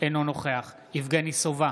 אינו נוכח יבגני סובה,